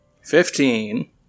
Fifteen